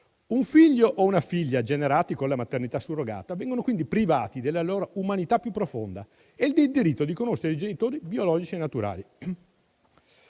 Un figlio o una figlia generati con la maternità surrogata vengono, quindi, privati della loro umanità più profonda e del diritto di conoscere i genitori biologici e naturali.